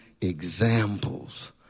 examples